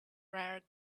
rare